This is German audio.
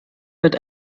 wird